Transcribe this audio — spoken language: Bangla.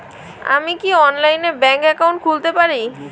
আমি কি অনলাইনে ব্যাংক একাউন্ট খুলতে পারি?